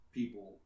people